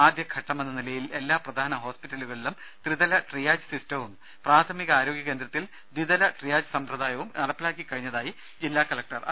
ആദ്യഘട്ടമെന്ന നിലയിൽ എല്ലാ പ്രധാന ഹോസ്പിറ്റലുകളിലും ത്രിതല ട്രിയാജ് സിസ്റ്റവും പ്രാഥമിക ആരോഗ്യകേന്ദ്രത്തിൽ ദ്വിതല ട്രിയാജ് സിസ്റ്റവും നടപ്പിലാക്കി കഴിഞ്ഞതായി ജില്ലാ കലക്ടർ അറിയിച്ചു